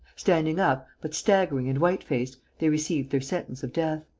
standing up, but staggering and white-faced, they received their sentence of death.